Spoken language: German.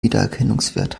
wiedererkennungswert